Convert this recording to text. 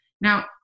Now